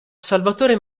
salvatore